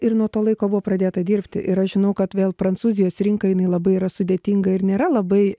ir nuo to laiko buvo pradėta dirbti ir aš žinau kad vėl prancūzijos rinka jinai labai yra sudėtinga ir nėra labai